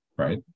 right